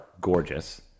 gorgeous